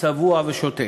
צבוע ושותק.